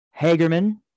Hagerman